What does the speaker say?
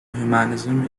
humanism